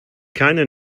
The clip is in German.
keine